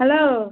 hello